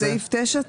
סעיף 9,